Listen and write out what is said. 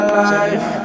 life